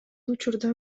учурда